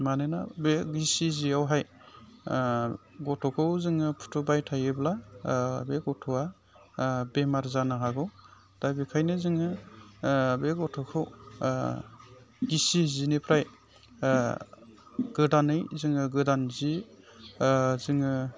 मानोना बे गिसि जियावहाय गथ'खौ जोङो फुथुबाय थायोब्ला बे गथ'आ बेमार जानो हागौ दा बेखायनो जोङो बे गथ'खौ गिसि जिनिफ्राय गोदानै जोङो गोदान जि जोङो